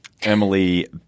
Emily